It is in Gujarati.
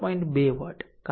2 વોટ